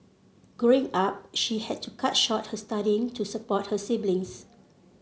Growing Up she had to cut short her studying to support her siblings